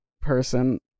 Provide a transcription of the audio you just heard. person